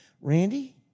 Randy